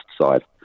side